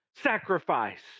sacrifice